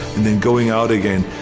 and then going out again,